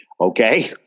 okay